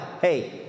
hey